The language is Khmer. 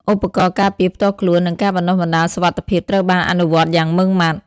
ឧបករណ៍ការពារផ្ទាល់ខ្លួន និងការបណ្តុះបណ្តាលសុវត្ថិភាពត្រូវបានអនុវត្តយ៉ាងម៉ឺងម៉ាត់។